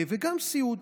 גם סיעוד.